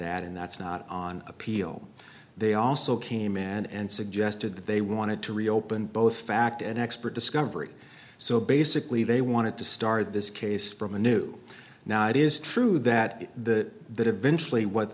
that and that's not on appeal they also came in and suggested that they wanted to reopen both fact an expert discovery so basically they wanted to start this case from a new now it is true that the that eventually what